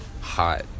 hot